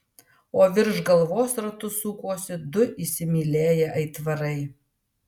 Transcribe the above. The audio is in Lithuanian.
o virš galvos ratu sukosi du įsimylėję aitvarai